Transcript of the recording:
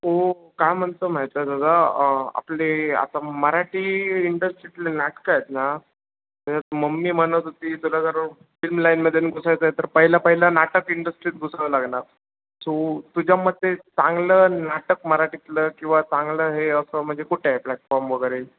हो का म्हणतं मेहता दादा आपले आता मराठी इंडस्ट्रीतले नाटकं आहेत ना मम्मी म्हणत होती तुला जर फिल्म लाईनमध्ये घुसायचं आहे तर पहिला पहिला नाटक इंडस्ट्रीत घुसावं लागणार सो तुझ्या मते चांगलं नाटक मराठीतलं किंवा चांगलं हे असं म्हणजे कुठे आहे प्लॅटफॉर्म वगैरे